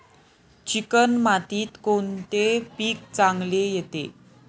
Chicken मातीत कोणते पीक चांगले येते?